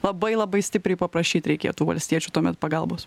labai labai stipriai paprašyt reikėtų valstiečių tuomet pagalbos